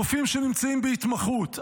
רופאים שנמצאים בהתמחות,